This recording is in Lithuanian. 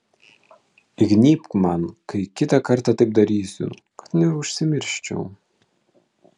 įgnybk man kai kitą kartą taip darysiu kad neužsimirščiau